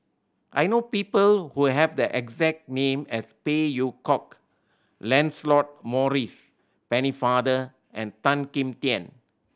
I know people who have the exact name as Phey Yew Kok Lancelot Maurice Pennefather and Tan Kim Tian